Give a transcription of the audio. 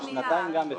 שנתיים גם בסדר.